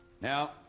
Now